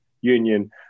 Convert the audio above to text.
Union